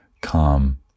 calm